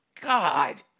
God